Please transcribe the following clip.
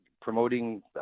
promoting